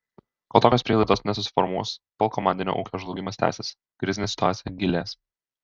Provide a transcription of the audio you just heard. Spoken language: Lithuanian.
kol tokios prielaidos nesusiformuos tol komandinio ūkio žlugimas tęsis krizinė situacija gilės